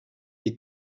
des